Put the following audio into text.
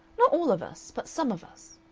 not all of us, but some of us.